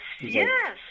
yes